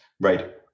Right